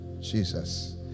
Jesus